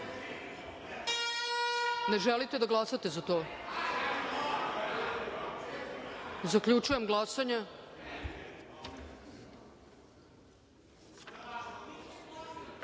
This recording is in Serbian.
želite da glasate za to? Zaključujem glasanje: